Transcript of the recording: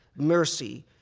mercy,